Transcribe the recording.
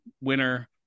winner